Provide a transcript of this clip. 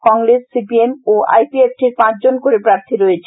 Congress CPM ও আইপিএফটির পাঁচ জন করে প্রার্থী রয়েছে